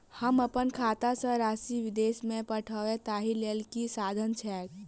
हम अप्पन खाता सँ राशि विदेश मे पठवै ताहि लेल की साधन छैक?